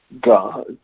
God